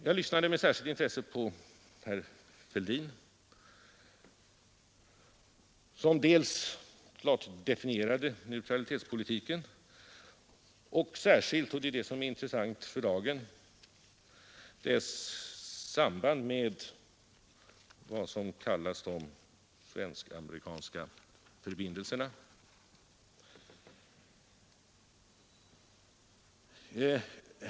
Jag lyssnade med särskilt intresse på herr Fälldin som klart definierade neutralitetspolitiken och särskilt — och det är det som är intressant för dagen — dess samband med vad som kallas de svensk-amerikanska förbindelserna.